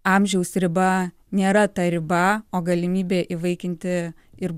amžiaus riba nėra ta riba o galimybė įvaikinti ir